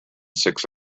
six